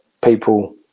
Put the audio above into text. people